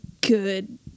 good